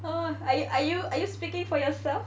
oh are you are you are you speaking for yourself